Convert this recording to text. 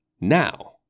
Now